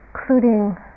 including